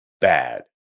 Bad